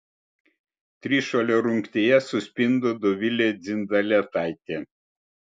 trišuolio rungtyje suspindo dovilė dzindzaletaitė